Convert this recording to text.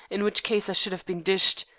in which case i should have been dished.